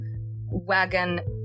wagon